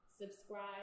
subscribe